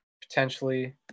potentially